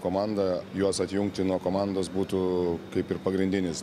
komandą juos atjungti nuo komandos būtų kaip ir pagrindinis